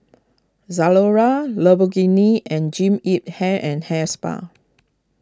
Zalora Lamborghini and Jean Yip Hair and Hair Spa